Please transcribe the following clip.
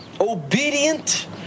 obedient